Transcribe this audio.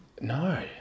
No